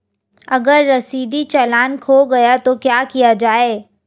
अगर रसीदी चालान खो गया तो क्या किया जाए?